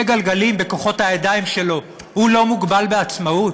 גלגלים בכוחות הידיים שלו הוא לא מוגבל בעצמאות?